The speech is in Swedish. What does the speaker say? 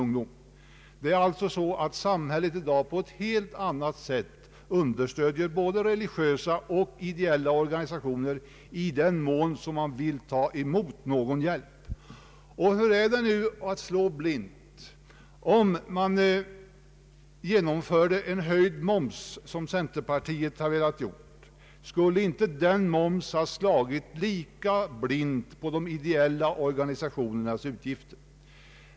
Jag vet att samhället i dag på ett helt annat sätt understöder både religiösa och ideella organisationer, i den mån som dessa vill ta emot någon hjälp. Hur är det nu med resonemanget om att slå blint, om det genomfördes en höjd moms på det sätt som centerpartiet föreslagit? Skulle inte denna moms ha slagit lika blint när det gäller de ideella organisationernas utgifter?